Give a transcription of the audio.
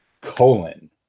colon